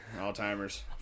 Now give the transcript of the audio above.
Alzheimer's